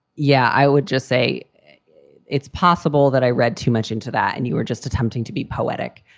yeah. i would just say it's possible that i read too much into that. and you were just attempting to be poetic,